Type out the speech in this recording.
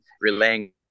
relaying